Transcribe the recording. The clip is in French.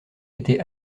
été